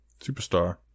Superstar